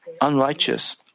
unrighteous